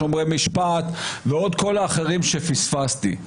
שומרי משפט ועוד כל האחרים שפספסתי,